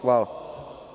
Hvala.